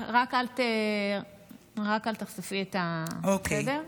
רק אל תחשפי את, בסדר?